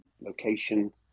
location